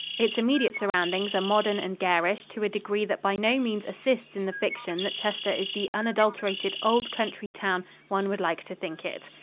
its immediate surroundings are modern and garish to a degree that by no means assists in the fiction that chester is the unadulterated old-country town one would like to think it.